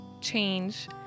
change